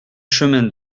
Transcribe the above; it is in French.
chemin